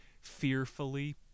fearfully